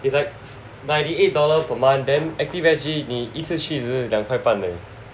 it's like ninety eight dollars per month then Active S_G 你一次去只是两块半而已